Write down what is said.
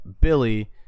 billy